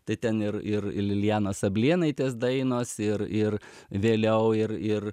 tai ten ir ir lilijanos ablėnaitės dainos ir ir vėliau ir ir